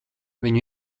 viņu